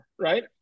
right